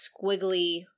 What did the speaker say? squiggly